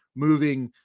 moving,